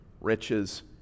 riches